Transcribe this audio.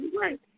right